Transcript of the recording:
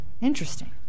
Interesting